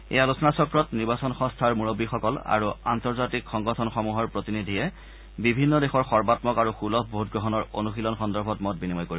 এই আলোচনাচক্ৰত নিৰ্বাচন সংস্থাৰ মুৰববীসকল আৰু আন্তৰ্জাতিক সংগঠনসমূহৰ প্ৰতিনিধিয়ে বিভিন্ন দেশৰ সৰ্বাঘক আৰু সুলভ ভোটগ্ৰহণৰ অনুশীলন সন্দৰ্ভত মত বিনিময় কৰিব